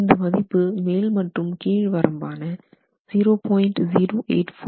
இந்த மதிப்பு மேல் மற்றும் கீழ் வரம்பான 0